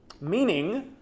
meaning